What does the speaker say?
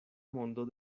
mondo